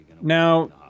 Now